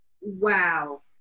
Wow